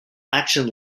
action